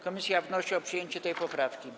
Komisja wnosi o przyjęcie tej poprawki.